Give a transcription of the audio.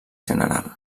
general